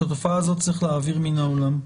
זו תופעה שאותה צריך להעביר מן העולם.